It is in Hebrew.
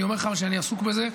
אני אומר לך שאני עסוק בזה,